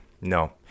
no